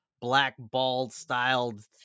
black-bald-styled